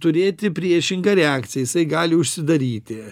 turėti priešingą reakciją jisai gali užsidaryti